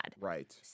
Right